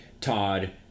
Todd